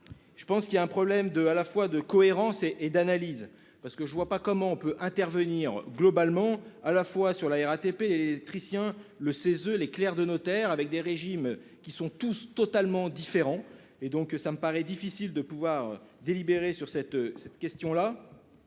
Je pense qu'il y a un problème de à la fois de cohérence et et d'analyse parce que je ne vois pas comment on peut intervenir globalement à la fois sur la RATP électriciens le 16. Les clercs de notaires avec des régimes qui sont tous totalement différent et donc ça me paraît difficile de pouvoir délibérer sur cette cette question là.